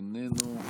איננו,